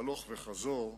הלוך וחזור,